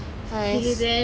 eh shiok lah